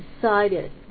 decided